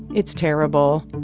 it's terrible.